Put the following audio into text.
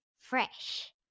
Fresh